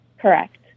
Correct